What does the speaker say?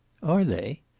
are they?